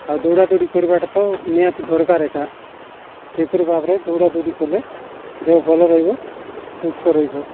ଆଉ ଦୌଡ଼ାଦୌଡ଼ି କରିବାଟା ତ ନିହାତି ଦରକାର ଏକା ସେହିପରି ଭାବରେ ଦୌଡ଼ାଦୌଡ଼ି କଲେ ଦେହ ଭଲ ରହିବ ସୁସ୍ଥ ରହିବ